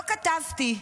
לא כתבתי.